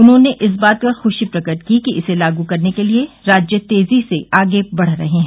उन्होंने इस बात पर खुशी प्रकट की कि इसे लागू करने के लिए राज्य तेजी से आगे बढ़ रहे हैं